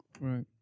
right